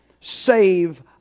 save